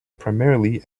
primarily